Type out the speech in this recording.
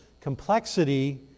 complexity